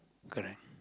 correct